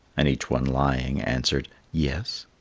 and each one, lying, answered yes.